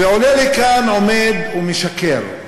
ועולה לכאן, עומד ומשקר.